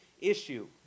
issue